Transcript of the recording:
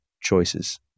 choices